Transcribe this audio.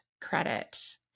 credit